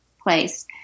place